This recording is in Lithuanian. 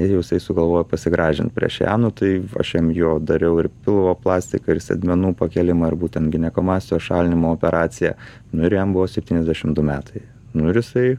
ir jau jisai sugalvojo pasigražinti prieš ją nu tai aš jam jo dariau ir pilvo plastiką ir sėdmenų pakėlimą ar būtent ginekomastijos šalinimo operaciją nu ir jam buvo septyniasdešimt du metai nu ir jisai